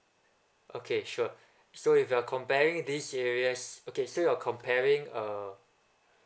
okay sure so if you're comparing these areas okay so you're comparing um